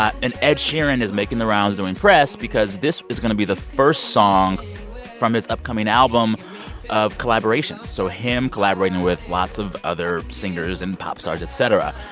ah and ed sheeran is making the rounds, doing press, because this is going to be the first song from his upcoming album of collaborations so him collaborating with lots of other singers and pop stars, et cetera.